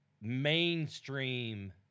mainstream